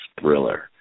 thriller